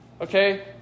okay